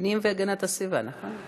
הפנים והגנת הסביבה, נכון?